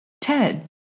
Ted